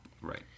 Right